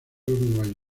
uruguayo